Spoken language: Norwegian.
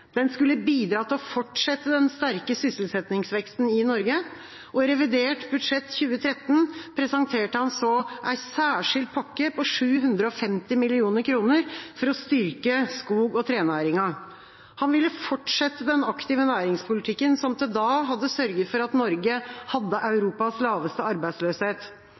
Den skulle bidra til å fortsette den sterke sysselsettingsveksten i Norge. I revidert nasjonalbudsjett for 2013 presenterte han så en særskilt pakke på 750 mill. kr for å styrke skog- og trenæringen. Han ville fortsette den aktive næringspolitikken som til da hadde sørget for at Norge hadde Europas laveste arbeidsløshet.